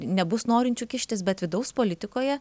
nebus norinčių kištis bet vidaus politikoje